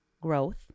growth